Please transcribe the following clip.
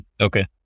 Okay